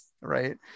right